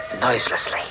noiselessly